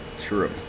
True